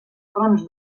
fronts